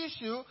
issue